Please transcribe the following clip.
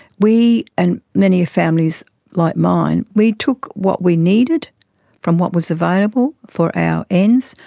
we, and many families like mine, we took what we needed from what was available for our ends.